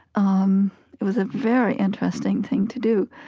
um it was a very interesting thing to do.